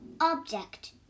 object